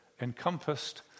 encompassed